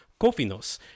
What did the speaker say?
kofinos